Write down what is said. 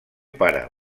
pare